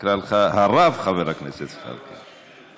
נקרא לך הרב חבר הכנסת זחאלקה.